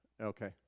Okay